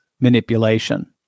manipulation